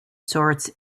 sorts